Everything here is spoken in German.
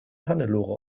hannelore